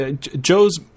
Joe's